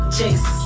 Chase